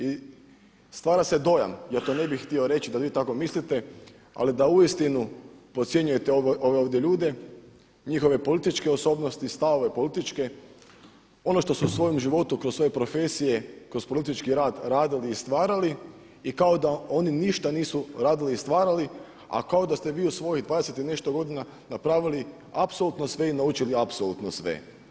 I stvara se dojam, ja to ne bih htio reći da vi tako mislite, ali da uistinu podcjenjujete ove ovdje ljude, njihove političke osobnosti i stavove političke, ono što su u svojem životu kroz svoje profesije, kroz politički rad radili i stvarali i kao da oni ništa nisu radili i stvarali, a kao da ste vi u svojih 20 i nešto godina napravili apsolutno sve i naučili apsolutno sve.